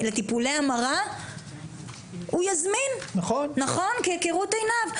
לטיפולי המרה, הוא יזמין כראות עיניו.